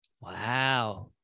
Wow